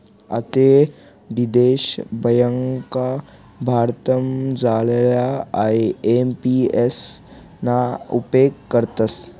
आते दीडशे ब्यांका भारतमझारल्या आय.एम.पी.एस ना उपेग करतस